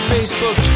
Facebook